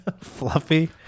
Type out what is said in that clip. Fluffy